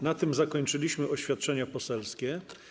Na tym zakończyliśmy oświadczenia poselskie.